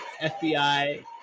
FBI